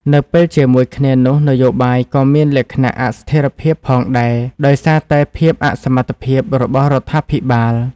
ក្នុងពេលជាមួយគ្នានោះ នយោបាយក៏មានលក្ខណៈអស្ថិរភាពផងដែរ ដោយសារតែភាពអសមត្ថភាពរបស់រដ្ឋាភិបាល។